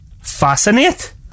Fascinate